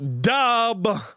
dub